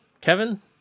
Kevin